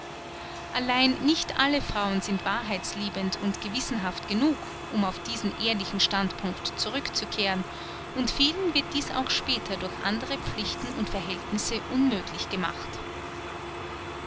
allein nicht alle frauen sind wahrheitsliebend und gewissenhaft genug um auf diesen ehrlichen standpunkt zurückzukehren und vielen wird dies auch später durch andre pflichten und verhältnisse unmöglich gemacht